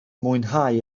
mwynhau